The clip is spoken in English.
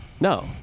No